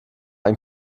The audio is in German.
ein